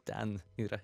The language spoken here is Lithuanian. ten yra